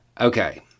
Okay